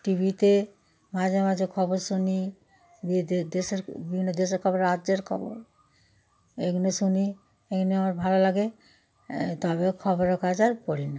টিভিতে মাঝে মাঝে খবর শুনি বি দেশের বিভিন্ন দেশের খবর রাজ্যের খবর এগুলো শুনি এই জন্যে আমার ভালো লাগে তবেও খবরের কাগজ আর পড়ি না